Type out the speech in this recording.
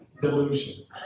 delusion